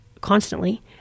constantly